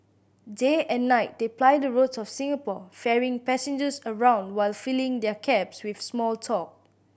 day and night they ply the roads of Singapore ferrying passengers around while filling their cabs with small talk